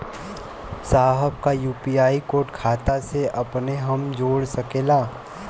साहब का UPI code खाता से अपने हम जोड़ सकेला?